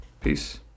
Peace